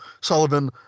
Sullivan